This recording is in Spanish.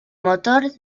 motor